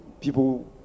people